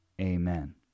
Amen